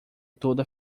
toda